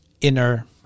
inner